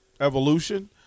evolution